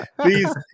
please